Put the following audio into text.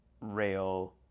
rail